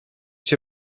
się